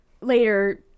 later